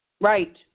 Right